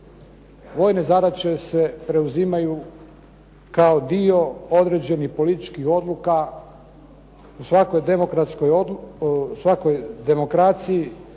Vojne zadaće se preuzimaju kao dio određenih političkih odluka, u svakoj demokraciji,